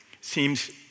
seems